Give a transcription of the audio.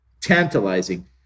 tantalizing